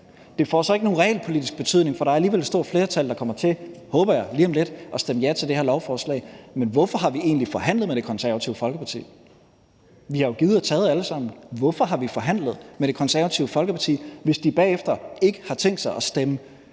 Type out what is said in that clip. Det får så ikke nogen realpolitisk betydning, for der er alligevel et stort flertal, der kommer til, håber jeg, lige om lidt at stemme ja til det her lovforslag. Men hvorfor har vi egentlig forhandlet med Det Konservative Folkeparti? Vi har jo givet og taget alle sammen. Hvorfor har vi forhandlet med Det Konservative Folkeparti, hvis de bagefter ikke har tænkt sig at stemme